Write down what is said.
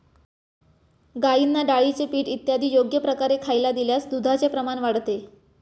गाईंना डाळीचे पीठ इत्यादी योग्य प्रकारे खायला दिल्यास दुधाचे प्रमाण वाढते